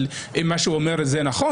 אבל אם מה שהוא אומר נכון,